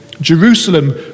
Jerusalem